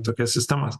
tokias sistemas